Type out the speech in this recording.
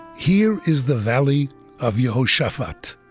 here is the valley of jehoshaphat,